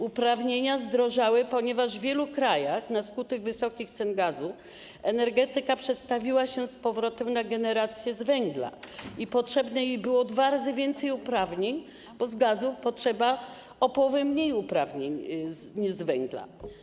Uprawnienia zdrożały, ponieważ w wielu krajach na skutek wysokich cen gazu energetyka przestawiła się z powrotem na generację z węgla i potrzebne jej było dwa razy więcej uprawnień, bo z gazu potrzeba o połowę mniej uprawnień niż z węgla.